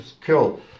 Cool